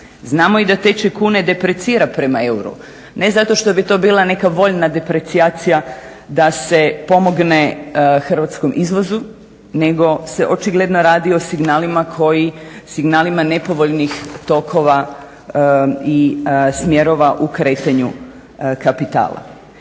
znamo da tečaj kune deprecira prema euru, ne zato što bi to bila neka voljna deprecijacija da se pomogne hrvatskom izvozu nego se očigledno radi o signalima koji signalima nepovoljnih tokova i smjerova u kretanju kapitala.